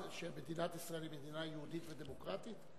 שמדינת ישראל היא מדינה יהודית ודמוקרטית.